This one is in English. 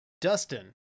Dustin